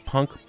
Punk